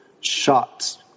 shots